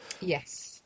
Yes